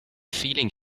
feeling